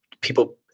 people